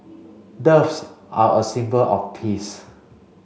doves are a symbol of peace